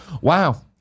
wow